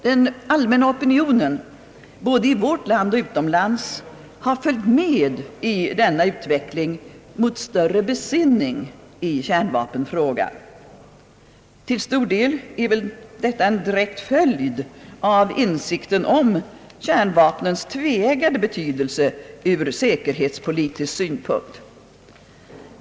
Den allmänna opinionen både i vårt land och utomlands har följt med i denna utveckling mot större besinning i kärnvapenfrågan. Till stor del är väl detta en direkt följd av insikten om kärnvapnens tveeggade betydelse ur säkerhetspolitisk synpunkt.